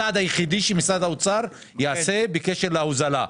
זה הצעד היחידי שמשרד האוצר יעשה בקשר להוזלה.